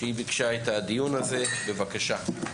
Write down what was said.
שהיא ביקשה את הדיון הזה, בבקשה.